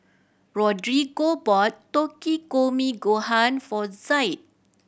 Rodrigo bought Takikomi Gohan for Zaid